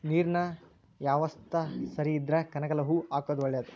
ನೇರಿನ ಯವಸ್ತಾ ಸರಿ ಇದ್ರ ಕನಗಲ ಹೂ ಹಾಕುದ ಒಳೇದ